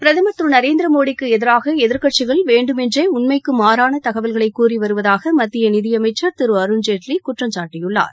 பிரதமா் திரு நரேந்திரமோடிக்கு எதிராக எதிர்க்கட்சிகள் வேண்டுமென்றே உண்மைக்கு தகவல்களை கூறி வருவதாக மத்திய நிதி அமைச்சர் திரு அருண்ஜேட்லி மாறான குற்றம்சாட்டியுள்ளார்